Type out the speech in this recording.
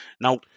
Now